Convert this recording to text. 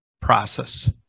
process